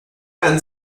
and